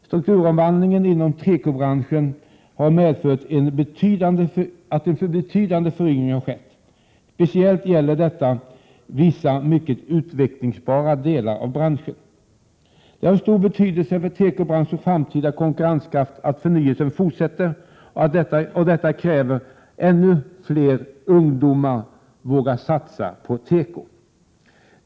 Strukturomvandlingen inom tekobranschen har medfört att en betydande föryngring skett. Speciellt gäller detta vissa mycket utvecklingsbara delar av branschen. Det är av stor betydelse för tekobranschens framtida konkurrenskraft att förnyelsen fortsätter, och detta kräver att ännu fler ungdomar vågar satsa på teko.